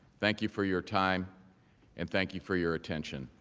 thank you for your time and thank you for your attention,